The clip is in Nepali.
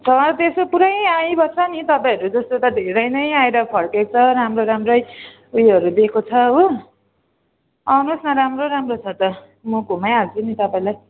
छ त्यस्तो पुरै आइबस्छ नि तपाईँहरू जस्तो त धेरै नै आएर फर्किएको छ राम्रो राम्रै उयोहरू दिएको छ हो आउनुहोस् न राम्रो राम्रो छ त म घुमाइहाल्छु नि तपाईँलाई